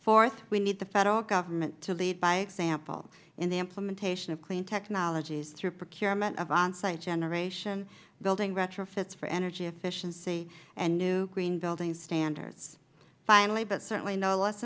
fourth we need the federal government to lead by example in the implementation of clean technologies through procurement of onsite generation building retrofits for energy efficiency and new green building standards finally but certainly no less